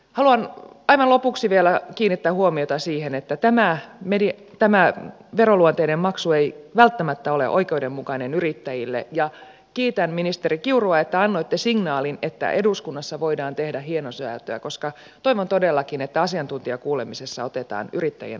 haluan aivan lopuksi vielä kiinnittää huomiota siihen että tämä veroluonteinen maksu ei välttämättä ole oikeudenmukainen yrittäjille ja kiitän ministeri kiurua siitä että annoitte signaalin että eduskunnassa voidaan tehdä hienosäätöä koska toivon todellakin että asiantuntijakuulemisessa otetaan yrittäjien asema esiin